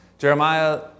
Jeremiah